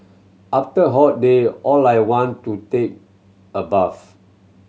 after hot day all I want to take a bath